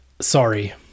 sorry